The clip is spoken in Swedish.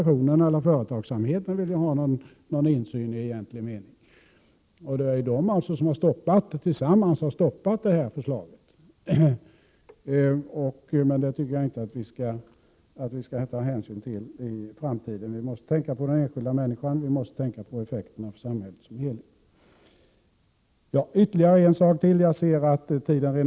Ingen av dem vill ha någon insyn i egentlig mening. De har tillsammans stoppat utredningens förslag. Det skall vi inte ta hänsyn till i framtiden, utan vi måste tänka på den enskilda människan och på effekterna för samhället som helhet. Jag ser att tiden rinner undan, och det jag säger nu, säger jag bara för att 105 Prot.